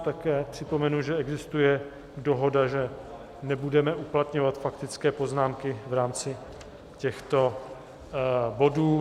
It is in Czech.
Také připomenu, že existuje dohoda, že nebudeme uplatňovat faktické poznámky v rámci těchto bodů.